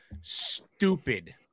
stupid